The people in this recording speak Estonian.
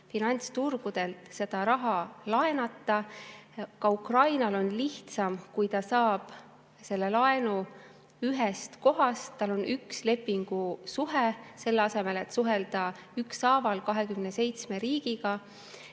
finantsturgudelt raha laenata. Ka Ukrainal on lihtsam, kui ta saab selle laenu ühest kohast, tal on üks lepingusuhe, selle asemel, et suhelda ükshaaval 27 riigiga.